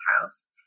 house